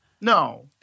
No